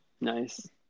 Nice